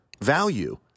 value